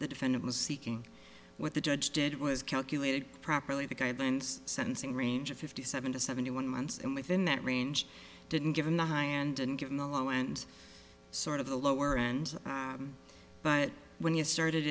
the defendant was seeking what the judge did was calculated properly the guidelines sentencing range of fifty seven to seventy one months and within that range didn't given the high and and given the low end sort of the lower end but when you started